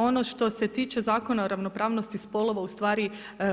Ono što se tiče Zakona o ravnopravnosti spolova u stvari